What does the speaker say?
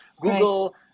Google